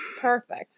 perfect